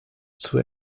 zur